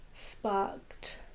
sparked